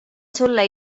sulle